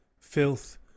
filth